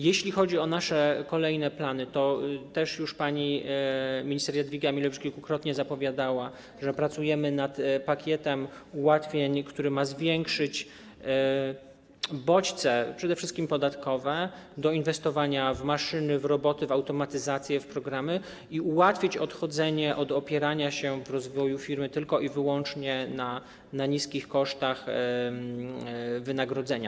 Jeśli chodzi o nasze kolejne plany, to też już pani minister Jadwiga Emilewicz kilkukrotnie zapowiadała, że pracujemy nad pakietem ułatwień, który ma zwiększyć bodźce, przede wszystkim podatkowe, do inwestowania w maszyny, w roboty, w automatyzację, w programy i ułatwić odchodzenie od opierania się w rozwoju firmy tylko i wyłącznie na niskich kosztach wynagrodzenia.